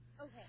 Okay